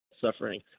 suffering